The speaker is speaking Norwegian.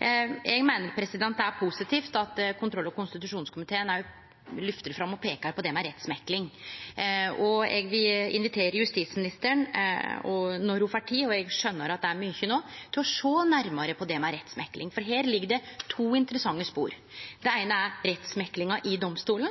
Eg meiner det er positivt at kontroll- og konstitusjonskomiteen òg lyftar fram og peikar på det med rettsmekling. Eg vil invitere justisministeren når ho får tid – eg skjønar at det er mykje no – til å sjå nærmare på rettsmekling, for her ligg det to interessante spor. Det eine er rettsmeklinga i domstolen.